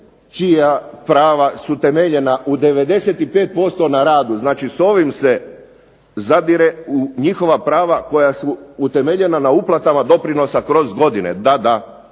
čija prava su temeljena u 95% na radu, znači s ovim se zadire u njihova prava koja su utemeljena na uplatama doprinosa kroz godine, da, da.